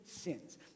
sins